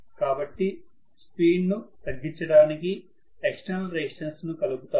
కాబట్టి స్పీడ్ ను తగ్గించడానికి ఎక్స్టర్నల్ రెసిస్టన్స్ ను కలుపుతాను